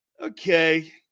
Okay